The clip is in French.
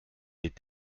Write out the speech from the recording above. est